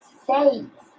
seis